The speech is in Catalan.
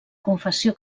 confessió